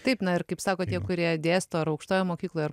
taip na ir kaip sako tie kurie dėsto ar aukštojoj mokykloj ar